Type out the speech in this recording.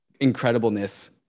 incredibleness